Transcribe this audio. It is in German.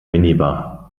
minibar